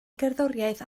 gerddoriaeth